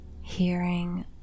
hearing